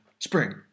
Spring